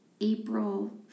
April